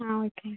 ஆ okay